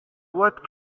what